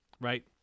right